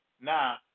Now